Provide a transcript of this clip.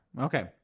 Okay